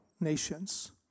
nations